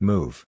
Move